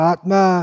Atma